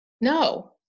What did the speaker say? No